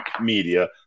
media